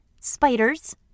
spiders